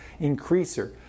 increaser